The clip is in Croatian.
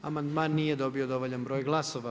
Amandman nije dobio dovoljan broj glasova.